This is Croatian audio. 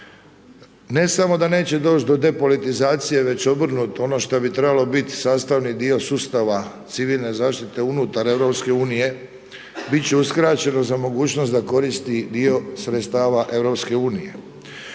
Ne samo da neće doći do depolitizacije, već obrnuto, ono što bi trebalo biti sastavni dio sustava civilne zaštite unutar EU biti će uskraćeno za mogućnost da koristi dio sredstava EU.